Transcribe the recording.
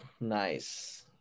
Nice